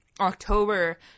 October